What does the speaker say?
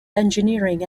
engineering